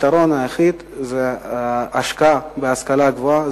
הפתרון היחיד הוא השקעה בהשכלה הגבוהה,